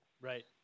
Right